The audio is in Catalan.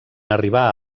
arribar